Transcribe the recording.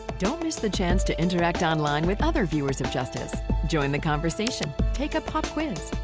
don't miss the chance to interact online with other viewers of justice join the conversation, take a pop quiz,